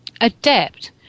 adept